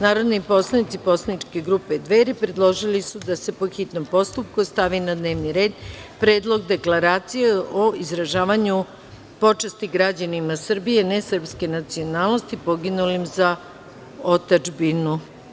Narodni poslanici poslaničke grupe Dveri predložili su da se po hitnom postupku stavi na dnevni red Predlog deklaracije o izražavanju počasti građanima Srbija nesrpske nacionalnosti poginulim za otadžbinu.